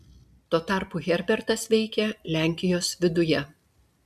tuo tarpu herbertas veikė lenkijos viduje